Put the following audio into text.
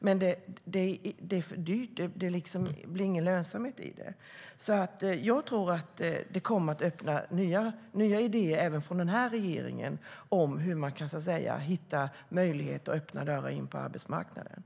Men det blir ingen lönsamhet i det.